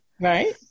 Right